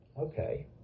Okay